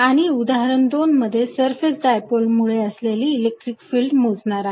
आणि उदाहरण दोन मध्ये सरफेस डायपोल मुळे असलेली इलेक्ट्रिक फिल्ड मोजणार आहे